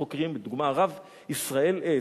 דברים שלא נאמרו על שום חכם מישראל,